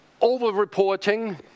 over-reporting